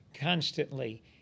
constantly